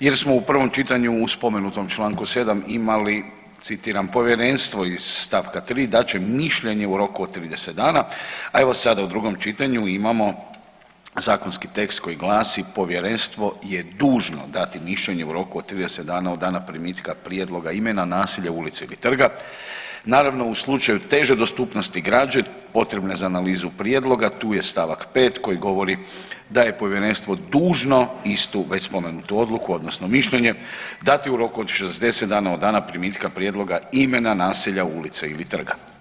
jer smo u prvom čitanju u spomenutom čl. 7. imali citiram „Povjerenstvo iz st. 3. dat će mišljenje u roku od 30 dana“, a evo sada u drugom čitanju imamo zakonski tekst koji glasi „Povjerenstvo je dužno dati mišljenje u roku od 30 dana od dana primitka prijedloga imena naselja, ulice ili trga“ naravno u slučaju teže dostupnosti građe potrebne za analizu prijedloga tu je st. 5. koje govori da je povjerenstvo dužno istu već spomenutu odluku odnosno mišljenje dati u roku od 60 dana od dana primitka prijedloga imena naselja, ulice ili trga.